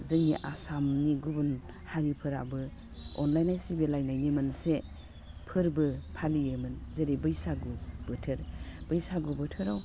जोंनि आसामनि गुबुन हारिफोराबो अनलायनाय सिबिलायनायनि मोनसे फोरबो फालियोमोन जेरै बैसागु बोथोर बैसागु बोथोराव